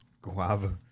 Guava